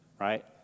Right